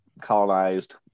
colonized